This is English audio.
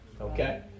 Okay